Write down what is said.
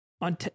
On